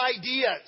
ideas